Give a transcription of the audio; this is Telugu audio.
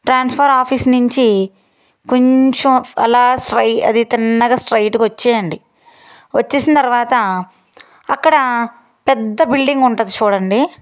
ట్రాన్స్ఫర్ ఆఫీస్ నుంచి కొంచెం అలా స్వయ్ అది తిన్నగా స్ట్రైట్గా వచ్చేయండి వచ్చేసిన తర్వాత అక్కడ పెద్ద బిల్డింగ్ ఉంటుంది చూడండి